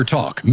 Talk